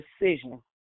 decision